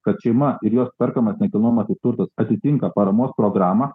kad šeima ir jos perkamas nekilnojamasis turtas atitinka paramos programą